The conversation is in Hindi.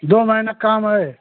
दो महीना का काम है